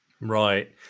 Right